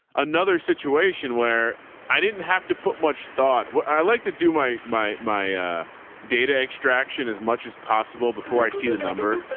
another situation where i didn't have to put much thought, i like to do my, my, my data extraction as much as possible before i see the number,